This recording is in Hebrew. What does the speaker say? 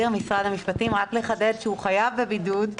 רק לחדד שהוא חייב בבידוד,